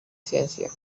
ciencia